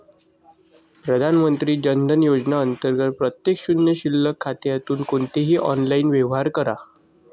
प्रधानमंत्री जन धन योजना अंतर्गत प्रत्येक शून्य शिल्लक खात्यातून कोणतेही ऑनलाइन व्यवहार करा